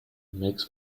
makes